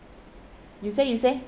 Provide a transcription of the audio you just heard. you say you say